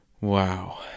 wow